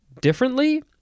differently